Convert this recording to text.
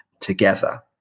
together